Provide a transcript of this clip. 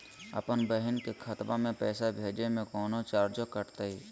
अपन बहिन के खतवा में पैसा भेजे में कौनो चार्जो कटतई?